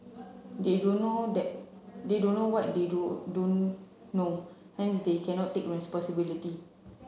they don't know that they don't know what they do don't know hence they cannot take responsibility